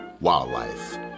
Wildlife